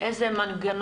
לא,